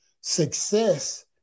success